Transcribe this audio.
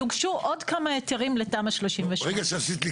יוגשו עוד כמה היתרים לתמ"א 38. כן.